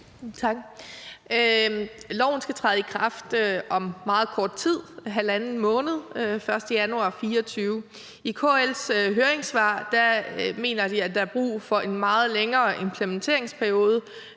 Tak. Loven skal træde i kraft om meget kort tid, nemlig om halvanden måned, den 1. januar 2024. I KL's høringssvar mener de, at der er brug for en meget længere implementeringsperiode,